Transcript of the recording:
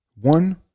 One